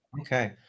Okay